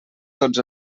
tots